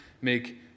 make